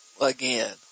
again